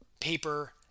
paper